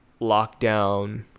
lockdown